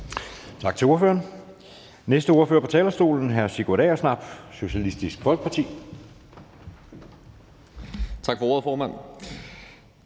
Tak til ordføreren. Næste ordfører på talerstolen er hr. Sigurd Agersnap, Socialistisk Folkeparti. Kl. 10:06 (Ordfører)